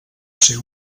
ser